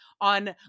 on